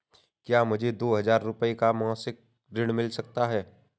क्या मुझे दो हजार रूपए का मासिक ऋण मिल सकता है?